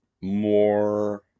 more